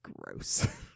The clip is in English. gross